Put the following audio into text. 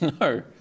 No